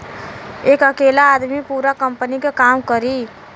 एक अकेला आदमी पूरा कंपनी क काम करी